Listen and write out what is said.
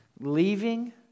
leaving